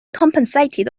compensated